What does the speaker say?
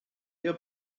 ihr